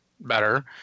Better